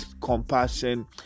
compassion